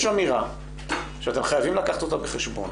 יש אמירה שאתם חייבים לקחת אותה בחשבון